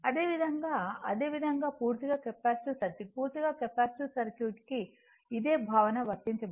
అదేవిధంగా అదేవిధంగా పూర్తిగా కెపాసిటివ్ సర్క్యూట్ పూర్తిగా కెపాసిటివ్ సర్క్యూట్ కి ఇదే భావన వర్తించబడుతుంది